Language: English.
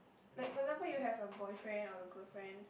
like for example you have a boyfriend or a girlfriend